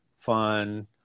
fun